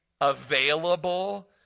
available